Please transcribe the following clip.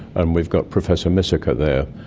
and we've got professor missaka there,